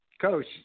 coach